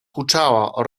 huczała